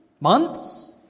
Months